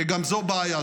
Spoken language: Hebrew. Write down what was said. שגם זו בעיה,